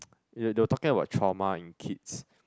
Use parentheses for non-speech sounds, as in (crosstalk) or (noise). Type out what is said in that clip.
(noise) they they were talking about trauma in kids